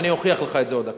ואני אוכיח לך את זה עוד דקה.